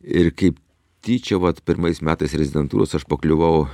ir kaip tyčia vat pirmais metais rezidentūros aš pakliuvau